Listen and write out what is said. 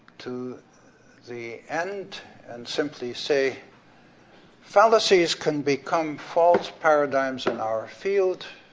to the end and simply say fallacies can become false paradigms in our field,